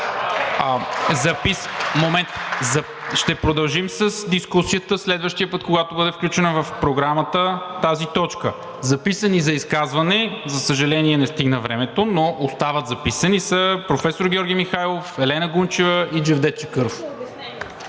Ще продължим с дискусията следващия път, когато бъде включена в Програмата тази точка. Записани за изказване, за съжаление, не стигна времето, но остават записани, са професор Георги Михайлов, Елена Гунчева и Джевдет Чакъров.